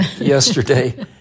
yesterday